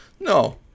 No